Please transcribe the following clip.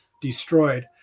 destroyed